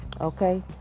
Okay